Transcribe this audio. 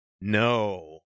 no